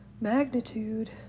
magnitude